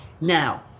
Now